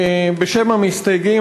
בשם המסתייגים,